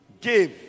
Give